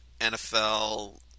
NFL